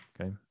Okay